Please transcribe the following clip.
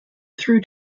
through